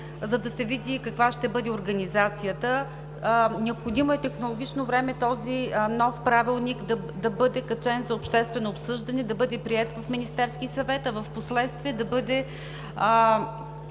за да се види каква ще бъде организацията. Необходимо е технологично време този нов Правилник да бъде качен за обществено обсъждане, да бъде приет в Министерския съвет, а впоследствие да бъде